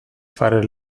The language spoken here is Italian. fare